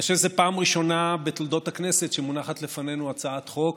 אני חושב שזו הפעם הראשונה בתולדות הכנסת שמונחת לפנינו הצעת חוק